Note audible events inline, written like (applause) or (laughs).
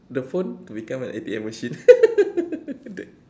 the phone to become an A_T_M machine (laughs)